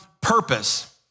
purpose